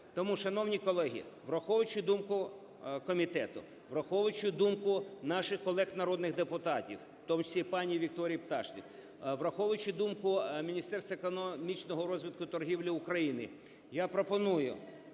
Тому, шановні колеги, враховуючи думку комітету, враховуючи думку наших колег народних депутатів, досвід пані Вікторії Пташник, враховуючи думку Міністерства економічного розвитку, торгівлі України, я пропоную